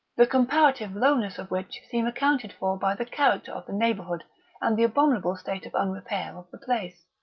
the comparative lowness of which seemed accounted for by the character of the neighbourhood and the abominable state of unrepair of the place.